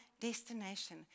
destination